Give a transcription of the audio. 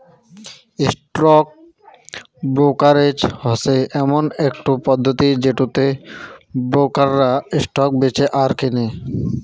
stock brokerage হসে এমন একটো পদ্ধতি যেটোতে ব্রোকাররা স্টক বেঁচে আর কেনে